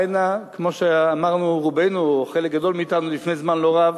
כמו שאמרנו רובנו או חלק גדול מאתנו לפני זמן לא רב,